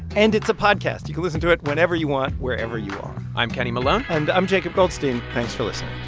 and it's a podcast. you can listen to it whenever you want, wherever you are i'm kenny malone and i'm jacob goldstein thanks for listening